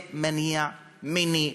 זה מניע מיני,